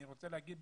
אני רוצה להגיד